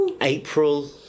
April